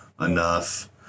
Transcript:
enough